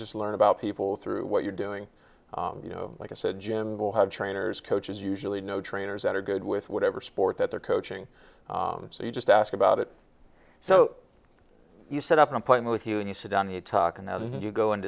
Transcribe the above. just learn about people through what you're doing you know like i said jim will have trainers coaches usually know trainers that are good with whatever sport that they're coaching so you just ask about it so you set up one point with you and you sit down the talk and then you go and